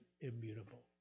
immutable